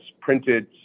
printed